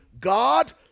God